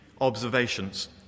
observations